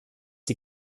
die